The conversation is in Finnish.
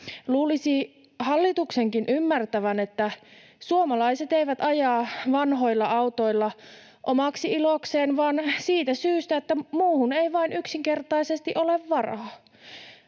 Luulisi hallituksenkin ymmärtävän, että suomalaiset eivät aja vanhoilla autoilla omaksi ilokseen vaan siitä syystä, että muuhun ei vain yksinkertaisesti ole varaa.